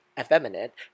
effeminate